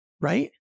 Right